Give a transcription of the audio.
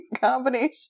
combination